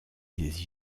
des